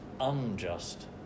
unjust